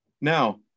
Now